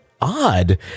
odd